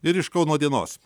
ir iš kauno dienos